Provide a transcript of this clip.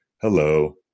hello